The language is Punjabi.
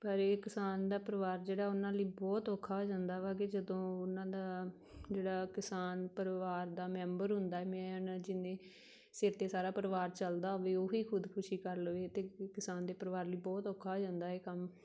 ਪਰ ਇਹ ਕਿਸਾਨ ਦਾ ਪਰਿਵਾਰ ਜਿਹੜਾ ਉਹਨਾਂ ਲਈ ਬਹੁਤ ਔਖਾ ਹੋ ਜਾਂਦਾ ਵਾ ਕਿ ਜਦੋਂ ਉਹਨਾਂ ਦਾ ਜਿਹੜਾ ਕਿਸਾਨ ਪਰਿਵਾਰ ਦਾ ਮੈਂਬਰ ਹੁੰਦਾ ਮੇਨ ਜਿਹਦੇ ਸਿਰ 'ਤੇ ਸਾਰਾ ਪਰਿਵਾਰ ਚੱਲਦਾ ਹੋਵੇ ਉਹ ਹੀ ਖੁਦਕੁਸ਼ੀ ਕਰ ਲਵੇ ਤਾਂ ਕਿਸਾਨ ਦੇ ਪਰਿਵਾਰ ਲਈ ਬਹੁਤ ਔਖਾ ਹੋ ਜਾਂਦਾ ਇਹ ਕੰਮ